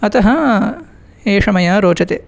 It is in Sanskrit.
अतः एषमया रोचते